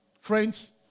Friends